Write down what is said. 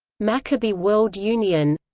maccabi world union